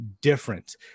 different